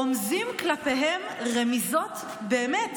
רומזים כלפיהם רמיזות באמת